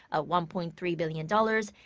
ah one-point-three-billion dollars.